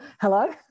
hello